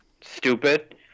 stupid